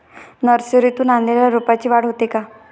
नर्सरीतून आणलेल्या रोपाची वाढ होते का?